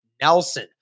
Nelson